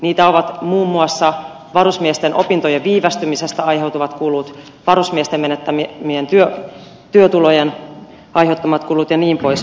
niitä ovat muun muassa varusmiesten opintojen viivästymisestä aiheutuvat kulut varusmiesten menettämien työtulojen aiheuttamat kulut jnp